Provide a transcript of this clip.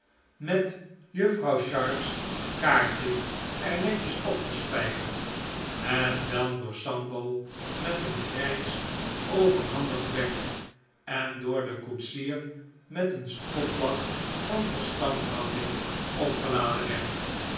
met juffrouw sharp's kaartje er netjes opgespijkerd hetwelk door sambo met een grijns overhandigd werd en door den koetsier met een spotlach van verstandhouding opgeladen werd